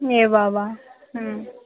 এ বাবা হুম